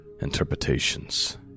interpretations